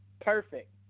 Perfect